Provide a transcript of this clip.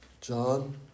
John